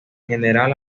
general